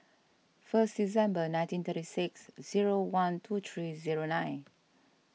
first December nineteen thirty six zero one two three zero nine